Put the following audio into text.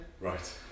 Right